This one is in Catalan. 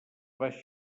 baixa